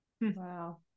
Wow